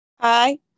Hi